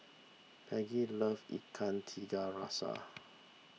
Peggy loves Ikan Tiga Rasa